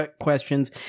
questions